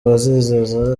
babizeza